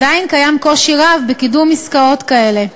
עדיין קיים קושי רב בקידום עסקאות כאלה.